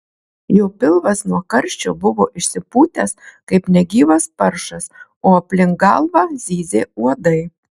jo pilvas nuo karščio buvo išsipūtęs kaip negyvas paršas o aplink galvą zyzė uodai